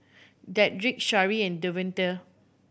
Dedrick Sharee and Devonte